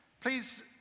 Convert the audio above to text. Please